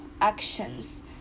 actions